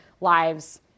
lives